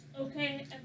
Okay